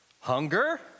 Hunger